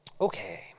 Okay